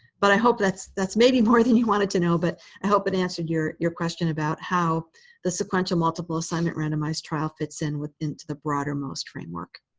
but i hope that's that's maybe more than you wanted to know, but i hope an answer your your question about how the sequential multiple assignment randomized trial fits in within the broader most framework.